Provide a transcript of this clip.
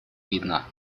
видно